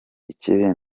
ikibi